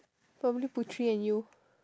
probably putri and you